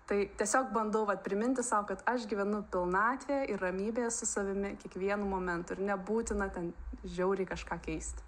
tai tiesiog bandau va priminti sau kad aš gyvenu pilnatvėje ir ramybėje su savimi kiekvienu momentu ir nebūtina ten žiauriai kažką keist